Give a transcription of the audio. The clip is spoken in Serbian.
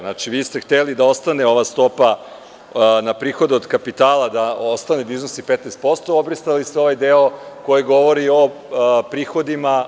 Znači, vi ste hteli da ostane ova stopa na prihod od kapitala, da iznosi 15%, a obrisali ste ovaj deo koji govori o prihodima,